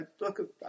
look